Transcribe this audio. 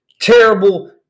terrible